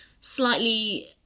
slightly